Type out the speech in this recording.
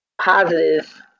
Positive